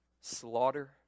slaughter